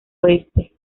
oeste